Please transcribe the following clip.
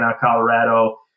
Colorado